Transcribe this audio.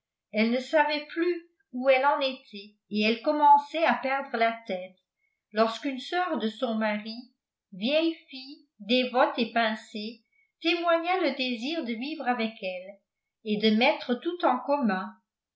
elle ne savait plus où elle en était et elle commençait à perdre la tête lorsqu'une soeur de son mari vieille fille dévote et pincée témoigna le désir de vivre avec elle et de mettre tout en commun